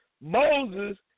Moses